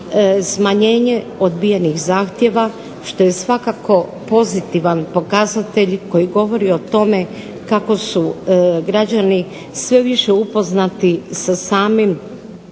smanjenje odbijenih zahtjeva što je svakako pozitivan pokazatelj koji govori o tome kako su građani sve više upoznati sa samim